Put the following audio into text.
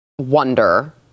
wonder